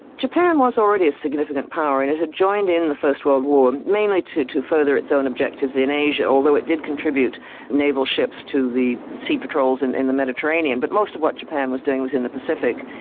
japan was already a significant power. and it had joined in the first world war, mainly to to further its own objectives in asia, although it did contribute naval ships to the sea patrols in in the mediterranean, but most of what japan was doing was in the pacific.